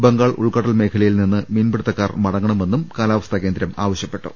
ബംഗാൾ ഉൾക്കടൽ മേഖലയിൽ നിന്ന് മീൻപിടുത്തക്കാർ മട ങ്ങണമെന്നും കാലാവസ്ഥാ കേന്ദ്രം ആവശ്യപ്പെട്ടു